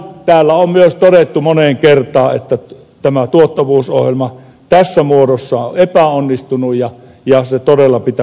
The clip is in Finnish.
täällä on myös todettu moneen kertaan että tämä tuottavuusohjelma tässä muodossa on epäonnistunut ja se todella pitäisi pysäyttää